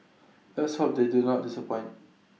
let's hope they do not disappoint